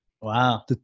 Wow